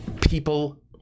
People